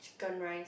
Chicken Rice